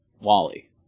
Wally